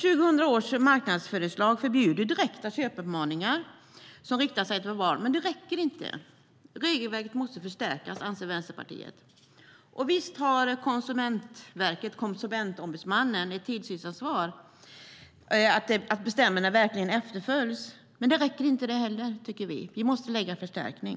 2008 års marknadsföringslag förbjuder direkta köpuppmaningar som riktar sig till barn, men det räcker inte. Regelverket måste förstärkas, anser Vänsterpartiet. Visst har Konsumentverket och Konsumentombudsmannen ett tillsynsansvar för att bestämmelserna verkligen efterlevs, men det räcker inte heller, tycker vi. Det måste förstärkas.